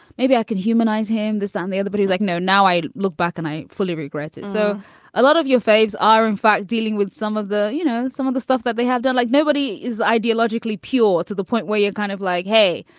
maybe i can humanize him this on the other. but he's like, no, now i look back and i fully regret it. so a lot of your faves are, in fact, dealing with some of the, you know, some of the stuff that they have done. like nobody is ideologically pure to the point where you're kind of like, hey,